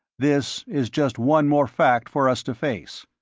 this is just one more fact for us to face.